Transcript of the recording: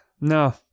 No